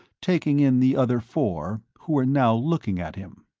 taking in the other four, who were now looking at him.